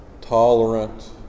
tolerant